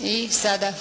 I sada,